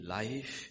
life